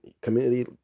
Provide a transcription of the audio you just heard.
community